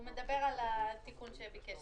הוא מדבר על התיקון שביקש השר.